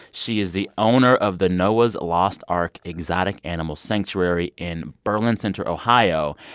she is the owner of the noah's lost ark exotic animal sanctuary in berlin center, ohio.